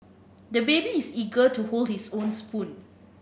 the baby is eager to hold his own spoon